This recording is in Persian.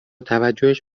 توجهش